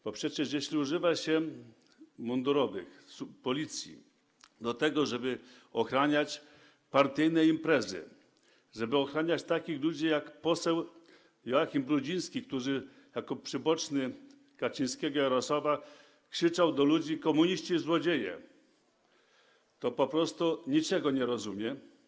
Przecież jeśli używa się mundurowych, policji do tego, żeby ochraniać partyjne imprezy, żeby ochraniać takich ludzi jak poseł Joachim Brudziński, który jako przyboczny Kaczyńskiego Jarosława krzyczał do ludzi: komuniści i złodzieje, to oznacza to po prostu, że się niczego nie rozumie.